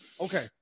okay